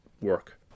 work